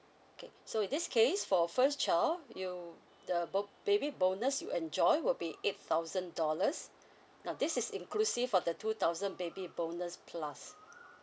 okay so in this case for first child you the bon~ baby bonus you enjoy will be eight thousand dollars now this is inclusive of the two thousand baby bonus plus